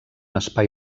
espai